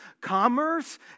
commerce